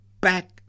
back